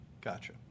Gotcha